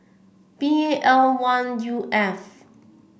B L one U F